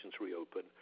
reopen